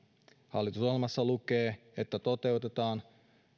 hallitusohjelmassa lukee toteutetaan